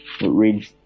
read